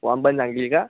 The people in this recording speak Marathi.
वाम पण चांगली आहे का